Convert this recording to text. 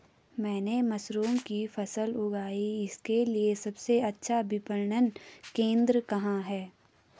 मैंने मशरूम की फसल उगाई इसके लिये सबसे अच्छा विपणन केंद्र कहाँ है?